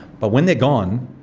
but when they're gone,